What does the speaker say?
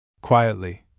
Quietly